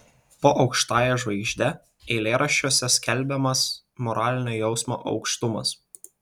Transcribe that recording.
po aukštąja žvaigžde eilėraščiuose skelbiamas moralinio jausmo aukštumas